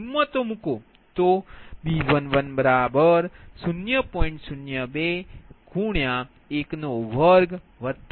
કિમતો મૂકો તો B110